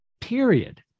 period